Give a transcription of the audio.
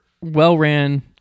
well-ran